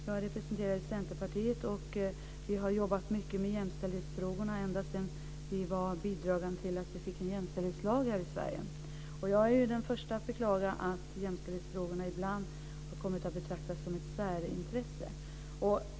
Jag representerar ju Centerpartiet, som har jobbat mycket med jämställdhetsfrågorna ända sedan vi bidrog till att en jämställdhetslag infördes här i Sverige. Jag är den första att beklaga att jämställdhetsfrågorna ibland har kommit att betraktas som ett särintresse.